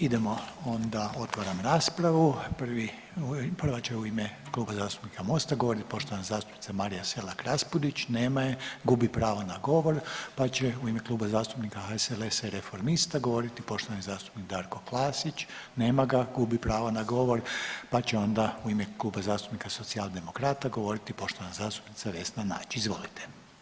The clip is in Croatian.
Idemo, onda otvaram raspravu, prvi, prva će u ime Kluba zastupnika Mosta govorit poštovana zastupnica Marija Selak Raspudić, nema je, gubi pravo na govor, pa će u ime Kluba zastupnika HSLS-a i Reformista govoriti poštovani zastupnik Darko Klasić, nema ga, gubi pravo na govor, pa će onda u ime Kluba zastupnika Socijaldemokrata govoriti poštovana zastupnica Vesna Nađ, izvolite.